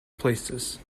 places